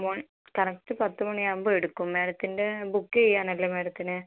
morning correct പത്ത് മണിയാകുമ്പോൾ എടുക്കും മാഡത്തിൻ്റെ ബുക്ക് ചെയ്യാനല്ലേ മാഡത്തിന്